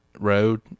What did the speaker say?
road